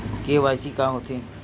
KYC का होथे?